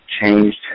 changed